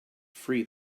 free